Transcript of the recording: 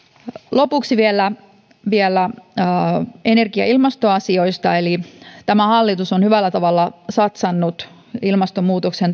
lopuksi vielä vielä energia ja ilmastoasioista tämä hallitus on hyvällä tavalla satsannut ilmastonmuutoksen